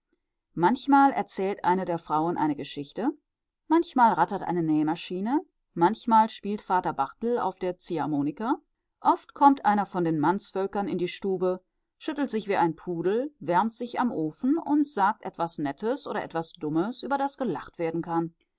manchmal erzählt eine der frauen eine geschichte manchmal rattert eine nähmaschine manchmal spielt vater barthel auf der ziehharmonika oft kommt einer von den mannsvölkern in die stube schüttelt sich wie ein pudel wärmt sich am ofen und sagt etwas nettes oder etwas dummes über das gelacht werden kann